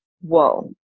whoa